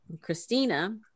Christina